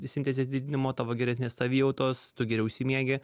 sintezės didinimo tavo geresnės savijautos tu geriau išsimiegi